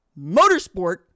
motorsport